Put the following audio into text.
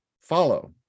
follow